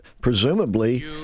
presumably